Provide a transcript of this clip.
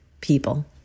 people